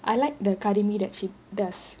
I like the curry mee that she does